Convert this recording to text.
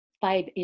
five